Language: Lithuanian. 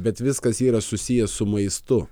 bet viskas yra susiję su maistu